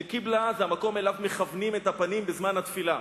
אל-קיבלה זה המקום שאליו מכוונים את הפנים בזמן התפילה.